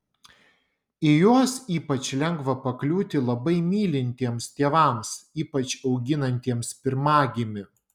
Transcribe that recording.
į juos ypač lengva pakliūti labai mylintiems tėvams ypač auginantiems pirmagimį